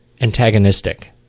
antagonistic